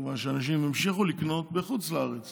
מכיוון שאנשים ימשיכו לקנות בחוץ לארץ